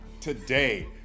today